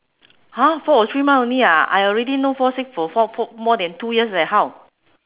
!huh! four or three month only ah I already no fall sick for for fo~ more than two years leh how